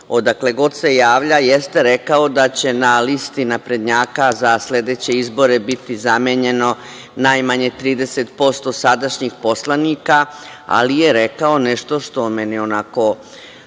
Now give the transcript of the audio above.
odakle god se javlja. Jeste rekao da će na listi naprednjaka za sledeće izbore biti zamenjeno najmanje 30% sadašnjih poslanika, ali je rekao nešto što meni onako